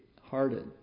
hearted